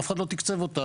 אף אחד לא תקצב אותה,